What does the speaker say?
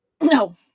No